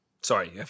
sorry